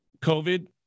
COVID